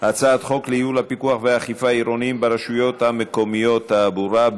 הצעת חוק לייעול הפיקוח והאכיפה העירוניים ברשויות המקומיות (תעבורה).